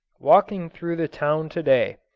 walking through the town to-day,